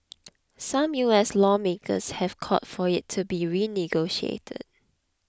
some U S lawmakers have called for it to be renegotiated